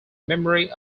memory